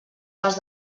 pas